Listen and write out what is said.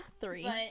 Three